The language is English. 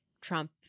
Trump